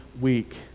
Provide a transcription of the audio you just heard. week